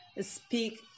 speak